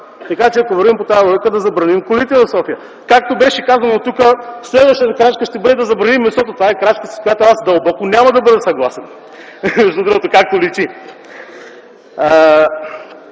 така че ако вървим по тази логика, да забраним колите в София. Както беше казано тук, следващата крачка ще бъде да забраним месото. Това е крачка, с която аз дълбоко няма да бъда съгласен, както личи.